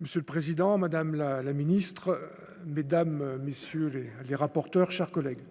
Monsieur le Président Madame la la ministre, mesdames, messieurs les rapporteurs, chers collègues,